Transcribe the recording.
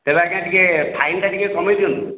ତେବେ ଆଜ୍ଞା ଟିକେ ଫାଇନଟା ଟିକେ କମେଇ ଦିଅନ୍ତୁ